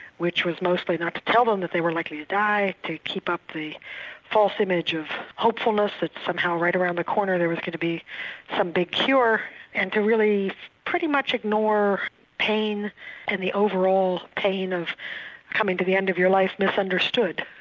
which was mostly not to tell them that they were likely to die, to keep up the false image of hopefulness that somehow right around the corner there was going to be some big cure and to really pretty much ignore pain and the overall pain of coming to the end of your life misunderstood.